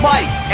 Mike